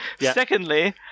Secondly